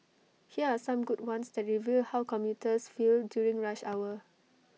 here are some good ones that reveal how commuters feel during rush hour